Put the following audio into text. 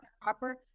proper